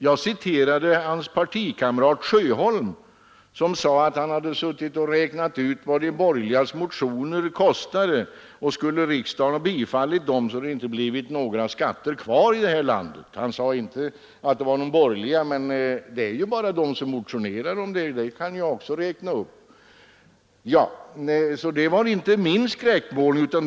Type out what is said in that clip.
Jag citerade herr Larssons partikamrat, herr Sjöholm, som sade att han hade suttit och räknat ut vad de borgerligas motioner kostade. Skulle riksdagen bifallit dem hade det inte blivit några skatter kvar i det här landet. Herr Sjöholm sade visserligen inte att det gällde de borgerliga, men det är ju bara de som motionerar om sådana här saker. Det var alltså herr Sjöholms skräckmålning, inte min.